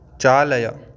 चालय